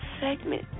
segment